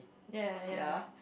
ya ya